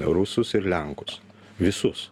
rusus ir lenkus visus